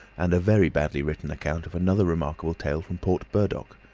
and a very badly written account of another remarkable tale from port burdock.